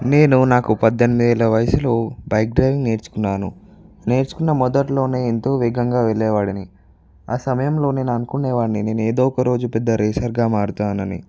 నేను నాకు పద్దెనిమిదేళ్ల వయసులో బైక్ డ్రైవింగ్ నేర్చుకున్నాను నేర్చుకున్న మొదటిలోనే ఎంతో వేగంగా వెళ్లేవాడిని ఆసమయంలో నేను అనుకునేవాడిని నేను ఏదో ఒక రోజు పెద్ద రేసర్గా మారుతానని